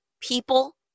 people